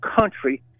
country